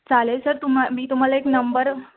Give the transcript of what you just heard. चालेल सर तुम्हा मी तुम्हाला एक नंबर